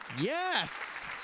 Yes